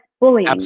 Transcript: bullying